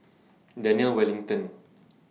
Daniel Wellington